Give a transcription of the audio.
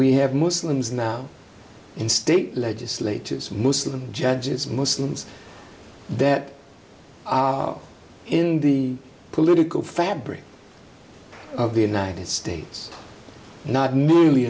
we have muslims now in state legislatures most of them judges muslims that are in the political fabric of the united states not